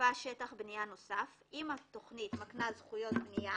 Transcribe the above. כמוסיפה שטח בנייה נוסף אם התכנית מקנה זכויות בנייה